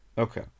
Okay